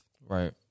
Right